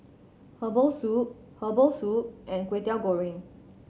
herbal soup herbal soup and Kwetiau Goreng